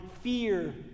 fear